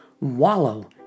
wallow